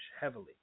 heavily